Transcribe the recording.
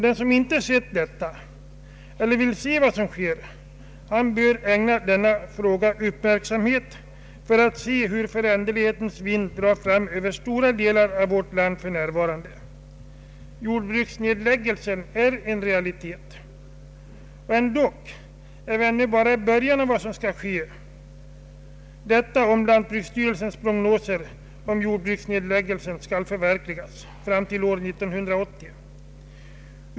Den som inte sett detta eller vill se vad som sker bör ägna denna fråga uppmärksamhet för att se hur föränderlighetens vind för närvarande drar fram över stora delar av vår land. Jordbruksnedläggelsen är en realitet. Ändå står vi nu bara i början av vad som kommer att ske, om lantbruksstyrelsens prognoser om jordbruksnedläggelser fram till år 1980 skall förverkligas.